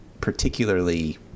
particularly